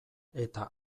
eta